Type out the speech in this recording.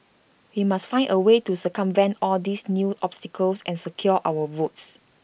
we must find A way to circumvent all these new obstacles and secure our votes